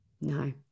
no